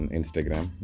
Instagram